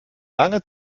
lange